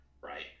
right